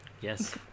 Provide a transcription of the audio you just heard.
Yes